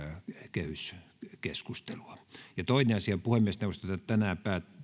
kehyskeskustelua toinen asia puhemiesneuvosto tänään